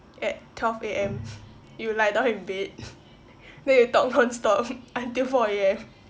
at twelve A_M you lie down in bed then you talk non stop until four A_M